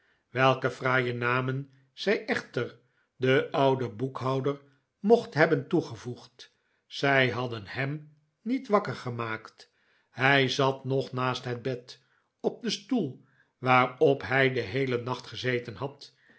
welke fraaie namen zij echter den oudenboekhouder mocht hebben toegevoegd zij hadden hem niet wakker gemaakt hij zat nog naast het bed op den stoel waarop hij den heelen nacht gezeten had